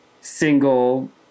single